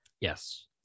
Yes